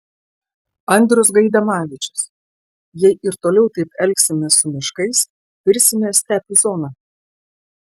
andrius gaidamavičius jei ir toliau taip elgsimės su miškais virsime stepių zona